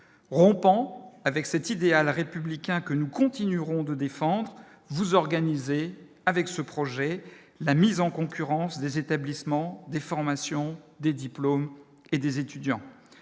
rompant avec cet idéal républicain que nous continuerons de défendre, vous organisez avec ce projet, la mise en concurrence des établissements déformation des diplômes et des étudiants